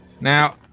Now